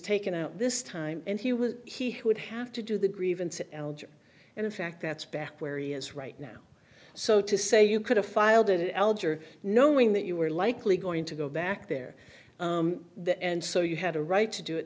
taken out this time and he was he who would have to do the grievances eligible and in fact that's back where he is right now so to say you could have filed alger knowing that you were likely going to go back there and so you had a right to do it